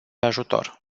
ajutor